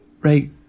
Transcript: right